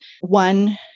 One